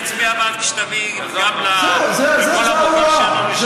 אני אצביע בעד כשתביא את זה גם למוכר שאינו רשמי.